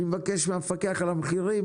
אני מבקש מהמפקח על המחירים,